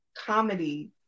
comedy